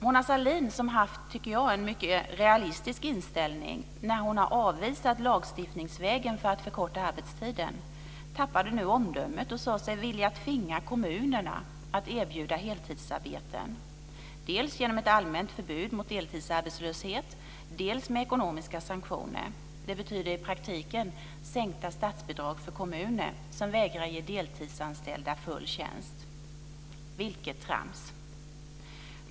Mona Sahlin har haft en mycket realistisk inställning när hon har avvisat lagstiftningsvägen för att förkorta arbetstiden. Hon tappade nu omdömet och sade sig vilja tvinga kommunerna att erbjuda heltidsarbeten. Det skulle ske dels genom ett allmänt förbud mot deltidsarbetslöshet, dels genom ekonomiska sanktioner. Det betyder i praktiken sänkta statsbidrag för kommuner som vägrar ge deltidsanställda full tjänst. Vilket trams.